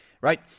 right